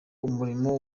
umuriro